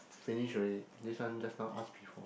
finish already this one just now ask before